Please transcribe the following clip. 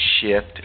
shift